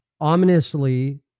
ominously